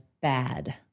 bad